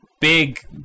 Big